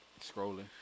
scrolling